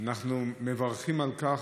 אנחנו מברכים על כך,